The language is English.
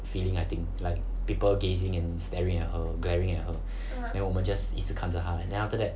feeling I think like people gazing and staring at her glaring at her then 我们 just 一直看着她 then after that